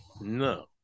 no